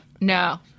No